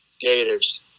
Gators